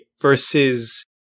Versus